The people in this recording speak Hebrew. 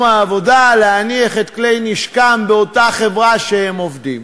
העבודה להניח את כלי נשקם באותה חברה שבה הם עובדים.